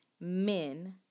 men